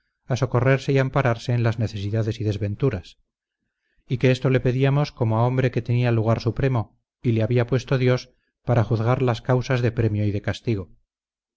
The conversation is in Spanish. a socorrerse y ampararse en las necesidades y desventuras y que esto le pedíamos como a hombre que tenía lugar supremo y le había puesto dios para juzgar las causas de premio y de castigo